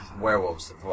werewolves